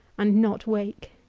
and not wake.